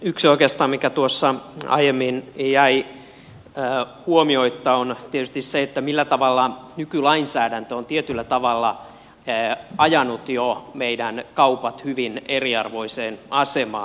yksi oikeastaan mikä tuossa aiemmin jäi huomiotta on tietysti se millä tavalla nykylainsäädäntö on tietyllä tavalla ajanut jo meidän kaupat hyvin eriarvoiseen asemaan